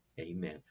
Amen